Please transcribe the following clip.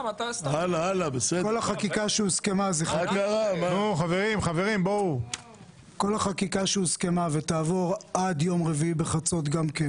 כל החקיקה שהוסכמה וגם היא תעבור עד יום רביעי בחצות,